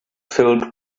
filled